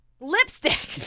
lipstick